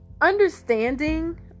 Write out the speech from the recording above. understanding